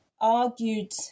argued